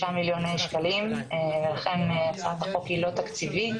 מיליון שקלים ולכן הצעת החוק היא לא תקציבית.